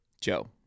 Joe